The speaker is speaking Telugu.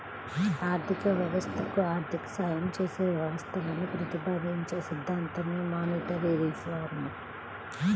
ఆర్థిక వ్యవస్థకు ఆర్థిక సాయం చేసే వ్యవస్థలను ప్రతిపాదించే సిద్ధాంతమే మానిటరీ రిఫార్మ్